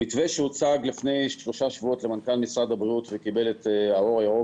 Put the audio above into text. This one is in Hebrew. המתווה שהוצג לפני שלושה שבועות למנכ"ל משרד הבריאות וקיבל את האור הירוק